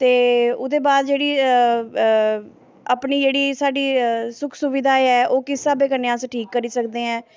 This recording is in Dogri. ते ओह्दे बाद जेह्ड़ी अपनी जेह्ड़ी साढ़ी सुक्ख सुविधा ऐ ओह् किस हिसावे नै अस ठीक करी सकदे ऐं